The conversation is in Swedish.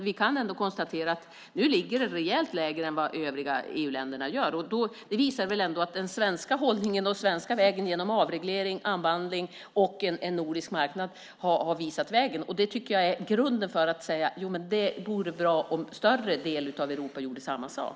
Vi kan ändå konstatera att priserna nu ligger rejält lägre än i övriga EU-länder, och det visar ändå att den svenska hållningen och den svenska vägen genom avreglering, unbundling och en nordisk marknad har visat vägen. Det tycker jag är grunden för att säga att det vore bra om större delen av Europa gjorde samma sak.